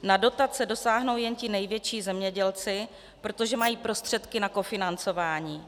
Na dotace dosáhnou jen ti největší zemědělci, protože mají prostředky na kofinancování.